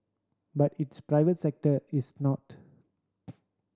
but its private sector is not